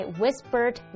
whispered